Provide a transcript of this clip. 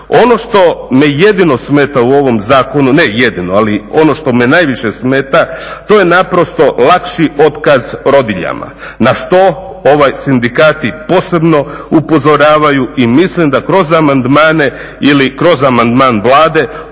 Ono što me jedino smeta u ovom zakonu, ne jedino ali ono što me najviše smeta to je naprosto lakši otkaz rodiljama na što ovi sindikati posebno upozoravaju i mislim da kroz amandmane ili kroz amandman Vlade